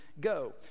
go